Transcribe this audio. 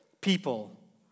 People